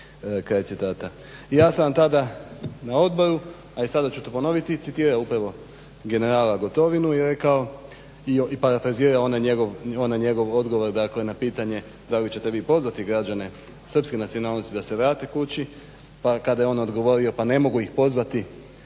Kraj citata. I ja sam tada na odboru, a i sada ću to ponoviti citirao upravo generala Gotovinu i rekao i parafrazirao onaj njegov odgovor, dakle na pitanje da li ćete vi pozvati građane srpske nacionalnosti da se vrate kući, pa kada je on odgovorio pa ne mogu ih pozvati